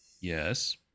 Yes